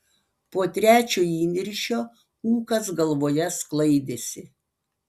po trečio įniršio ūkas galvoje sklaidėsi